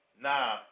Now